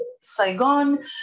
Saigon